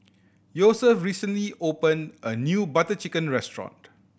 Yosef recently opened a new Butter Chicken restaurant